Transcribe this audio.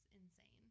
insane